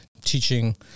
teaching